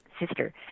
sister